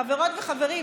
חברות וחברים,